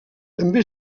també